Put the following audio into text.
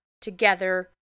together